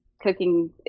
cooking